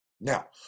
Now